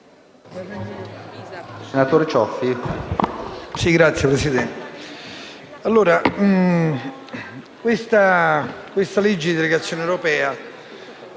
senatore Cioffi